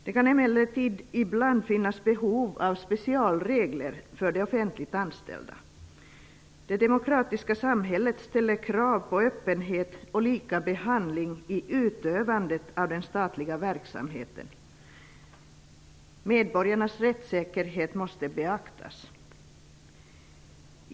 Det kan emellertid ibland finnas behov av specialregler för de offentligt anställda. Det demokratiska samhället ställer krav på öppenhet och lika behandling i utövandet av den statliga verksamheten. Medborgarnas rättssäkerhet måste beaktas.